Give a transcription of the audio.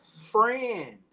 friend